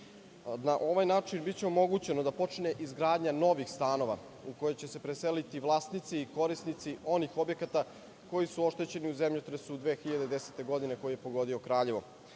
Na ovaj način biće omogućeno da počne izgradnja novih stanova u koje će se preseliti vlasnici i korisnici onih objekata koji su oštećeni u zemljotresu 2010. godine koji je pogodio